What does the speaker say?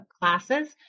classes